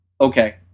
okay